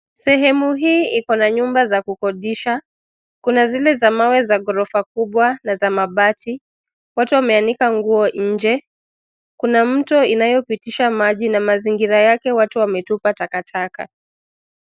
Sehemu hii iko na nyumba za kukodisha, kuna zile za mawe za ghorofa kubwa na za mabati, watu wameanika nguo nje, kuna mto inayopitisha maji na mazingira yake watu wametupa takataka.